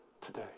today